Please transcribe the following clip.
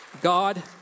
God